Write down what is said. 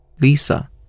Lisa